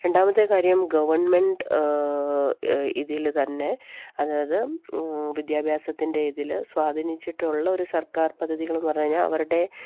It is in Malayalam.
രണ്ടാമത്തെ കാര്യം ഗവൺമെൻറ് ഇതില് തന്നെ അതായത് വിദ്യാഭ്യാസത്തിൻ്റെ ഇതില് സ്വാധീനിച്ചിട്ടുള്ള ഒരു സർക്കാർ പദ്ധതികളെന്ന് പറഞ്ഞുകഴിഞ്ഞാല് അവരുടെ